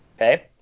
Okay